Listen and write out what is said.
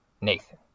Nathan